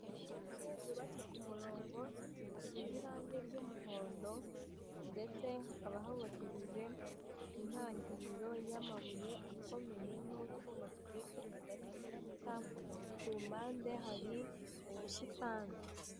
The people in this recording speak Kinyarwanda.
Inzu nyinshi zubatse ku murongo, zisize irange ry'umuhondo ndetse hakaba hubakishije intangiriro y'amabuye akomeye n'utwuma tugiye turi hagati y'inkuta, ku mpande hari ubusitani.